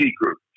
Group